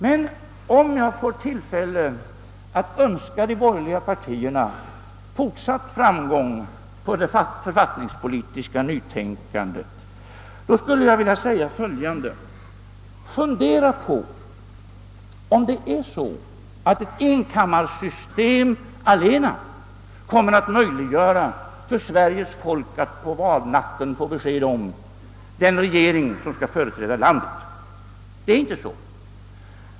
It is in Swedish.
Men om jag får begagna tillfället att önska de borgerliga partierna fortsatt framgång i fråga om det författningspolitiska nytänkandet skulle jag vilja säga följande: Fundera på om det är så att enkammarsystemet allena kommer att möjliggöra för Sveriges folk att på valnatten ge besked om den regering som skall företräda landet! Det är inte så.